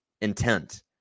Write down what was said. intent